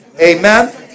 Amen